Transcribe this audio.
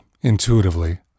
intuitively